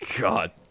God